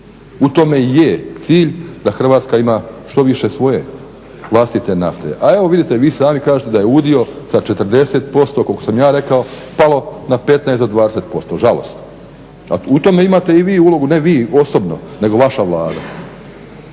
U tome i je cilj da Hrvatska ima što više svoje vlastite nafte. A evo vidite i vi sami kažete da je udio sa 40% koliko sam ja rekao pao na 15 do 20%, žalosno. A u tome imate i vi ulogu, ne vi osobno nego vaša Vlada.